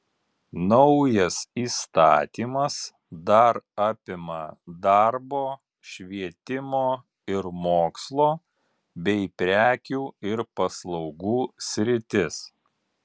naujas įstatymas dar apima darbo švietimo ir mokslo bei prekių ir paslaugų sritis